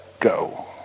go